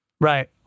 Right